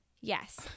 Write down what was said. Yes